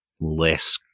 less